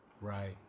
Right